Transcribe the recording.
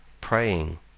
Praying